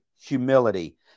humility